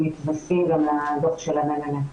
שמתווספים גם לדו"ח של הממ"מ.